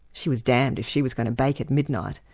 she was damned if she was going to bake at midnight,